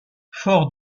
fort